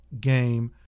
game